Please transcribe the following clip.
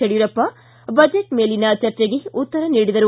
Yediyurappa budget ಮೇಲಿನ ಚರ್ಚೆಗೆ ಉತ್ತರ ನೀಡಿದರು